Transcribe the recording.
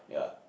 yeah